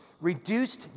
reduced